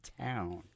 town